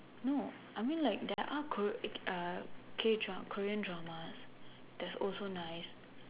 no I mean like there are kor~ uh k dra~ Korean dramas that's also nice